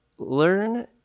Learn